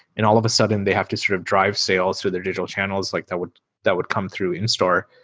and all of a sudden, they have to sort of drive sales with their digital channels like that would that would come through in-store.